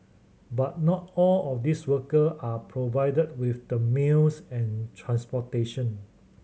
but not all of these worker were provided with the meals and transportation